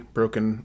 broken